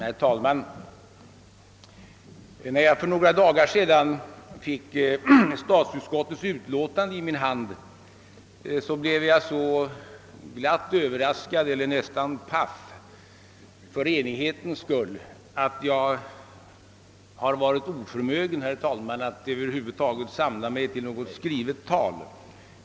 Herr talman! När jag för några dagar sedan fick statsutskottets utlåtande nr 195 i min hand blev jag så glatt överraskad — ja, nästa paff — över den enighet det speglade att jag varit oförmögen att samla mig till något skrivet tal.